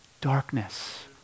darkness